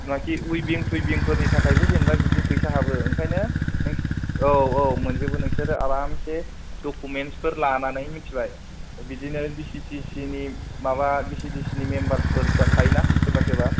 नङाखि विभिं टुइभिंफोरनि थाखायबो जेनबा बिदि फैसा हाबो ओंखायनो नों औ औ मोनजोबो नोंसोरो आरामसे डुकुमेन्सफोर लानानै मोनथिबाय बिदिनो भि सि डि सि नि माबा भि सि डि सि नि मेम्बारफोर थायोना सोरबा सोरबा